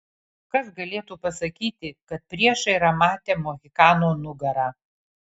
kas galėtų pasakyti kad priešai yra matę mohikano nugarą